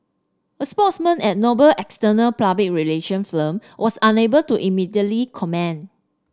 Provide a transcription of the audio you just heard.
a spokesman at Noble's external public relation firm was unable to immediately comment